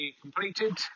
completed